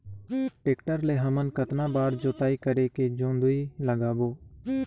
Tractor ले हमन कतना बार जोताई करेके जोंदरी लगाबो?